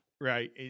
right